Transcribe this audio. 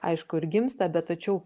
aišku ir gimsta bet tačiau